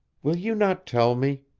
will you not tell me?